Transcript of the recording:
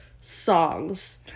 songs